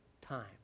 time